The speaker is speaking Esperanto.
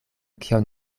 kion